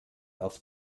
auf